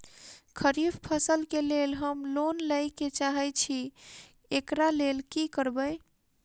खरीफ फसल केँ लेल हम लोन लैके चाहै छी एकरा लेल की करबै?